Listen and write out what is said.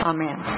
Amen